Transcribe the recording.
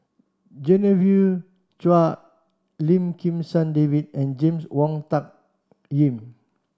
Genevieve Chua Lim Kim San David and James Wong Tuck Yim